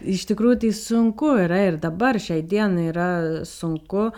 iš tikrųjų tai sunku yra ir dabar šiai dienai yra sunku